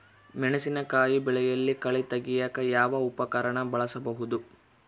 ಮೆಣಸಿನಕಾಯಿ ಬೆಳೆಯಲ್ಲಿ ಕಳೆ ತೆಗಿಯಾಕ ಯಾವ ಉಪಕರಣ ಬಳಸಬಹುದು?